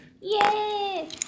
Yay